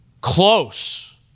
Close